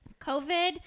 COVID